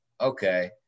okay